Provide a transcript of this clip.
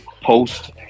Post